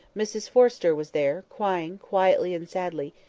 mrs forrester was there, crying quietly and sadly,